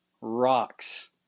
rocks